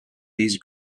these